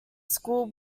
school